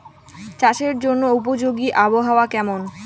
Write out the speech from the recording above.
চাষের জন্য উপযোগী আবহাওয়া কেমন?